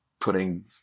putting